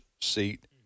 seat